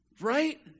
right